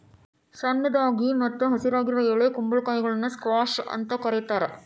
ಸಣ್ಣದಾಗಿ ಮತ್ತ ಹಸಿರಾಗಿರುವ ಎಳೆ ಕುಂಬಳಕಾಯಿಗಳನ್ನ ಸ್ಕ್ವಾಷ್ ಅಂತ ಕರೇತಾರ